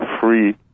free